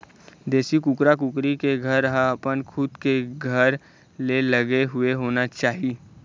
देशी कुकरा कुकरी के घर ह अपन खुद के घर ले लगे हुए होना चाही